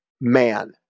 man